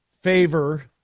favor